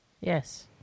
yes